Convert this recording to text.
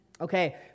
Okay